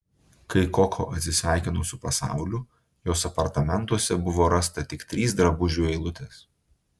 kai koko atsisveikino su pasauliu jos apartamentuose buvo rasta tik trys drabužių eilutės